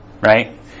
right